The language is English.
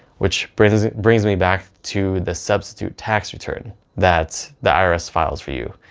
which brings brings me back to the substitute tax return that the irs files for you.